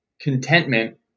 contentment